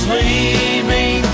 leaving